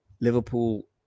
Liverpool